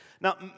Now